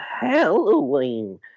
Halloween